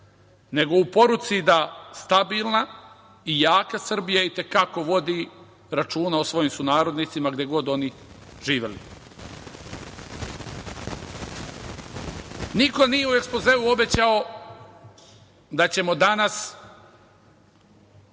nego u poruci da stabilna i jaka Srbija itekako vodi računa o svojim sunarodnicima gde god oni živeli. Niko nije u ekspozeu obećao da ćemo danas